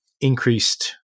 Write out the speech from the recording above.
Increased